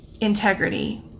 integrity